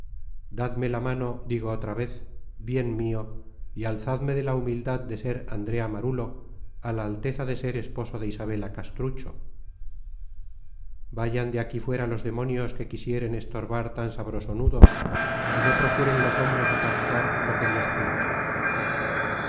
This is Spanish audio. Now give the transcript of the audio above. dadme la mano digo otra vez bien mio y alzadme de la humildad de ser andrea marulo á la alteza de ser esposo de isabela castrucho vayan de aquí fuera los demonios que quisieren estorbar tan sabroso nudo y no procuren los hombres apartar lo que dios junta